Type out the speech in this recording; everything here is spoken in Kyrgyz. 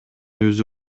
өзү